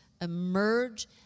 emerge